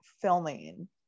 filming